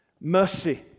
mercy